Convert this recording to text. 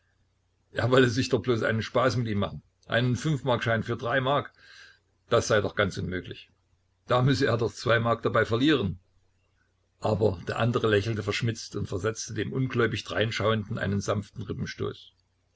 er wolle sich doch bloß einen spaß mit ihm machen einen fünfmarkschein für drei mark das sei doch ganz ganz unmöglich da müsse er doch zwei mark dabei verlieren aber der andere lächelte verschmitzt und versetzte dem ungläubig dreinschauenden einen sanften